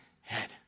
head